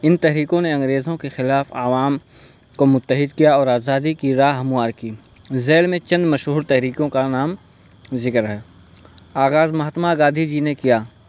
ان تحریکوں نے انگریزوں کے خلاف عوام کو متحد کیا اور آزادی کی راہ ہموار کی ذیل میں چند مشہور تحریکوں کا نام ذکر ہے آغاز مہاتما گاندھی جی نے کیا